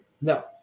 No